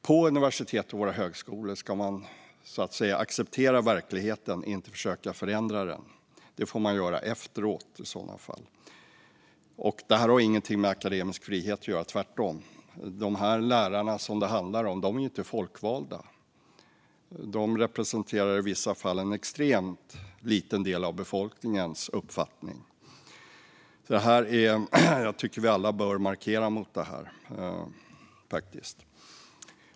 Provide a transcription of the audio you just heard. På våra universitet och högskolor ska man acceptera verkligheten och inte försöka förändra den. Det får man göra efteråt i sådana fall. Det har ingenting med akademisk frihet att göra, tvärtom. De lärare det handlar om är inte folkvalda. De representerar i vissa fall uppfattningen hos en extremt liten del av befolkningen. Jag tycker att vi alla bör markera mot det.